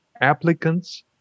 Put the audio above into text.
applicants